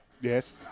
Yes